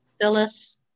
Phyllis